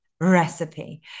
recipe